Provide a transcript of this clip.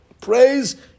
praise